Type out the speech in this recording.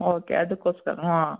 okay ಅದಕ್ಕೋಸ್ಕರ ಹಾಂ